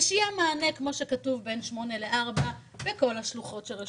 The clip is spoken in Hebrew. ויהיה מענה כמו שכתוב בין 08:00 ל-16:00 בכל השלוחות שרשומות.